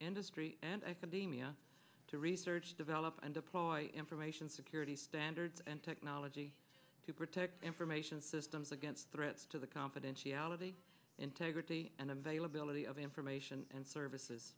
industry and i think the media to research develop and deploy information security standards and technology to protect information systems against threats to the confidentiality integrity and availability of information and services